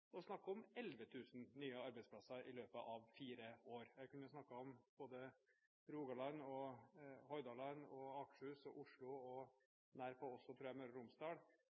å snakke om 11 000 nye arbeidsplasser i løpet av fire år. Jeg kunne snakket om både Rogaland, Hordaland, Akershus, Oslo og nær på også, tror jeg, Møre og Romsdal,